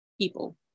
people